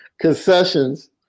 concessions